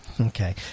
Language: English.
Okay